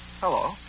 Hello